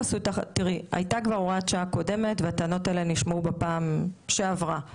הייתה כבר הוראת שעה קודמת והטענות האלה נשמעו בפעם שעברה.